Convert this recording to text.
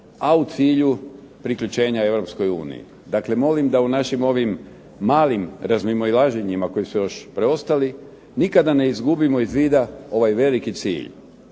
a u cilju priključenja Europskoj uniji. Dakle, molim da u našim malim razmimoilaženjima koji su još preostali, nikada ne izgubimo iz vida ovaj veliki cilj.